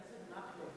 חבר הכנסת מקלב,